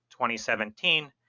2017